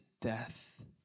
death